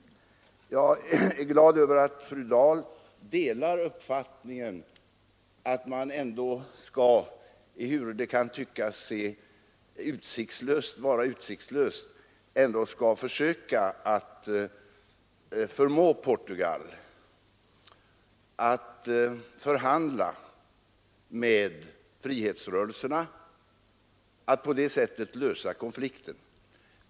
Jag är glad över att fru Dahl delar uppfattningen att man ändå skall — ehuru det kan tyckas vara utsiktslöst — söka förmå Portugal att förhandla med frihetsrörelserna och på det sättet lösa konflikten.